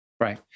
Right